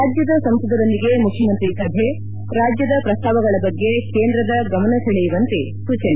ರಾಜ್ಯದ ಸಂಸದರೊಂದಿಗೆ ಮುಖ್ಯಮಂತ್ರಿ ಸಭೆ ರಾಜ್ಯದ ಪ್ರಸ್ತಾವಗಳ ಬಗ್ಗೆ ಕೇಂದ್ರದ ಗಮನ ಸೆಳೆಯುವಂತೆ ಸೂಚನೆ